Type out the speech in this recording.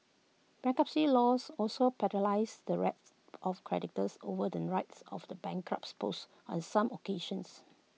bankruptcy laws also the rights of creditors over the rights of the bankrupt's spouse on some occasions